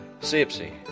Sipsy